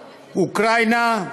אוקראינה,